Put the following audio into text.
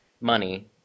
money